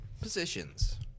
Positions